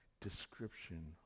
description